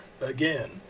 Again